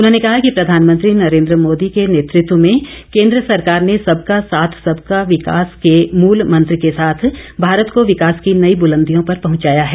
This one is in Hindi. उन्होंने कहा कि प्रधानमंत्री नरेन्द्र मोदी के नेतृतव में केन्द्र सरकार ने सबका साथ सबका विकास के मूल मंत्र के साथ भारत को विकास की नई बुलदियों पर पहुंचाया है